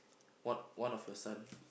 one one of your son